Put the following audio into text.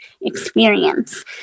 experience